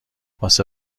واسه